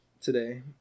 today